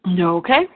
Okay